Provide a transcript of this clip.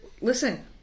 Listen